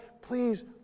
Please